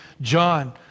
John